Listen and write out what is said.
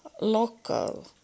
local